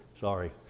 Sorry